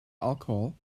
alcohol